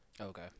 Okay